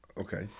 Okay